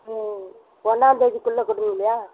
ஓ ஒன்னாந்தேதிக்குள்ளே கொடுத்துருவிங்களா